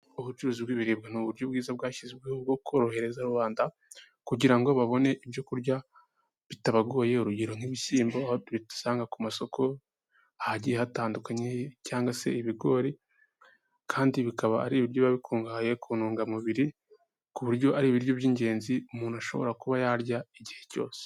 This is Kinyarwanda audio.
Ubucuruzi bw'ibiribwa ni uburyo bwiza bwashyizweho bwo korohereza rubanda kugira ngo babone ibyo kurya bitabagoye urugero nk'ibishyimbo, aho sanga ku masoko hagiye hatandukanye cyangwa se ibigori kandi bikaba ari ibiryo biba bikungahaye ku ntungamubiri ku buryo ari ibiryo by'ingenzi umuntu ashobora kuba yarya igihe cyose.